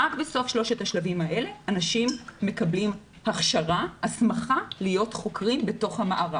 רק בסוף שלושת השלבים האלה אנשים מקבלים הסמכה להיות חוקרים בתוך המערך.